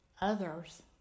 Others